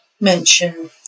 mention